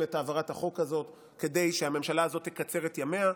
את העברת החוק הזה כדי שהממשלה הזאת תקצר את ימיה.